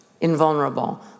invulnerable